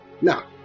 Now